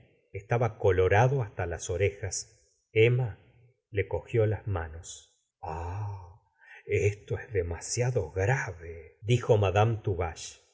estaba colorado hasta las orejas emma le cogió las manos ah esto es demasiado grave dijo madama